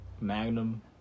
Magnum